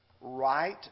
right